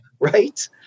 right